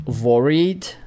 worried